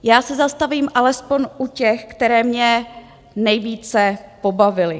Já se zastavím alespoň u těch, které mě nejvíce pobavily.